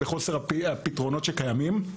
בחוסר הפתרונות שקיימים.